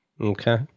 Okay